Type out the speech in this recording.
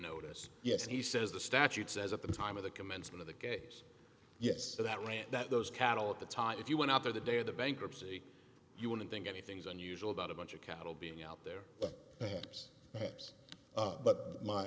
notice yes he says the statute says at the time of the commencement of the case yet so that rant that those cattle at the time if you went out there the day of the bankruptcy you wouldn't think anything's unusual about a bunch of cattle being out there but